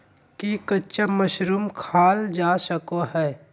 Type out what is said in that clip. की कच्चा मशरूम खाल जा सको हय?